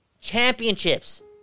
Championships